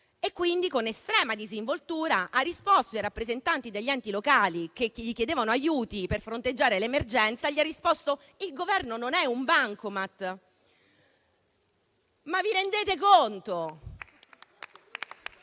e quindi con estrema disinvoltura ha risposto ai rappresentanti degli enti locali, che gli chiedevano aiuti per fronteggiare l'emergenza, che il Governo non è un bancomat. Ma vi rendete